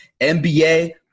NBA